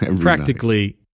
Practically